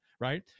right